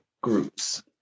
groups